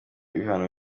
ibihano